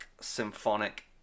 symphonic